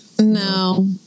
No